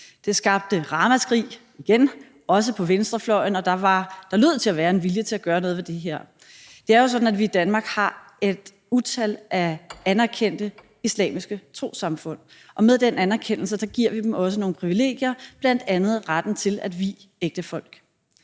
Det skabte et ramaskrig – igen – også på venstrefløjen, og der lød til at være en vilje til at gøre noget ved det her. Det er jo sådan, at vi i Danmark har et utal af anerkendte islamiske trossamfund, og med den anerkendelse giver vi dem også nogle privilegier, bl.a. retten til at vie ægtefolk.